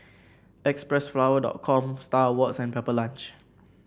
Xpressflower dot com Star Awards and Pepper Lunch